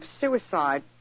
suicide